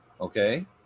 okay